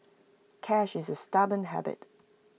cash is A stubborn habit